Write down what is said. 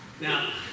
Now